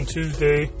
Tuesday